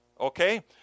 Okay